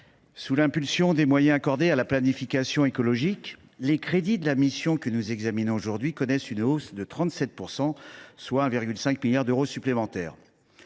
aux nouveaux moyens accordés à la planification écologique, les crédits de la mission que nous examinons aujourd’hui connaissent une hausse de 37 %, soit 1,5 milliard d’euros supplémentaires.